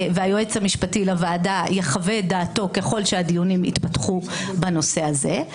והיועץ המשפטי לוועדה יחווה את דעתו ככל שהדיונים יתפתחו בנושא הזה.